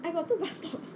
I got two bus stops